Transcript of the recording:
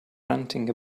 ranting